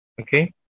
Okay